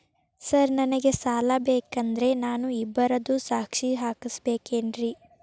Sir ನನಗೆ ಸಾಲ ಬೇಕಂದ್ರೆ ನಾನು ಇಬ್ಬರದು ಸಾಕ್ಷಿ ಹಾಕಸಬೇಕೇನ್ರಿ?